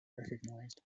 recognised